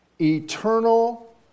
Eternal